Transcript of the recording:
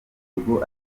ubwo